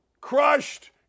crushed